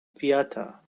فیاتا